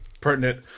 pertinent